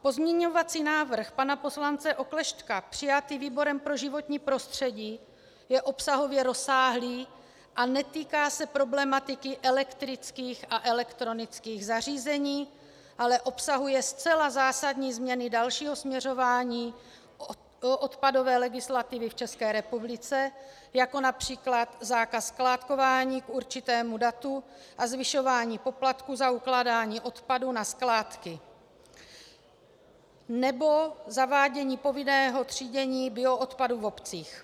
Pozměňovací návrh pana poslance Oklešťka přijatý výborem pro životní prostředí je obsahově rozsáhlý a netýká se problematiky elektrických a elektronických zařízení, ale obsahuje zcela zásadní změny dalšího směřování odpadové legislativy v České republice, jako např. zákaz skládkování k určitému datu a zvyšování poplatků za ukládání odpadu na skládky nebo zavádění povinného třídění bioodpadu v obcích.